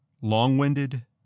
Long-winded